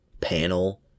panel